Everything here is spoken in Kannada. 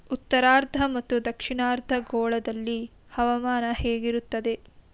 ಉತ್ತರಾರ್ಧ ಮತ್ತು ದಕ್ಷಿಣಾರ್ಧ ಗೋಳದಲ್ಲಿ ಹವಾಮಾನ ಹೇಗಿರುತ್ತದೆ?